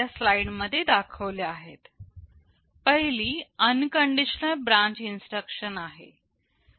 पहिली unconditional branch instruction आहे